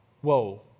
whoa